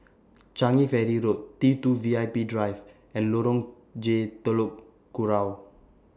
Changi Ferry Road T two V I P Drive and Lorong J Telok Kurau